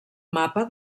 mapa